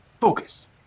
Focus